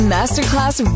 Masterclass